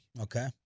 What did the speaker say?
Okay